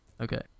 Okay